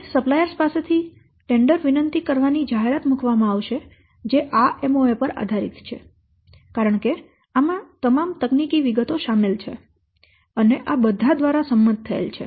હવે સપ્લાયરો પાસેથી ટેન્ડરો વિનંતી કરવાની જાહેરાત મુકવામાં આવશે જે આ MoA પર આધારિત છે કારણ કે આમાં તમામ તકનીકી વિગતો શામેલ છે અને આ બધા દ્વારા સંમત થયેલ છે